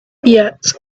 yet